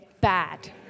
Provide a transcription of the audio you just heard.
bad